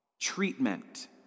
Treatment